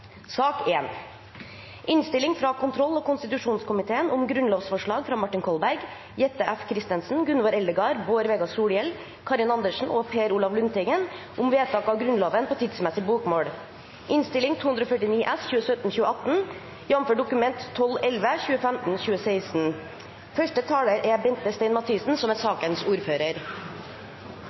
Martin Kolberg, Jette F. Christensen, Gunvor Eldegard, Bård Vegar Solhjell, Karin Andersen og Per Olaf Lundteigen om vedtak av Grunnloven på tidsmessig bokmål.